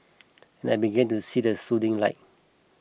and I began to see the soothing light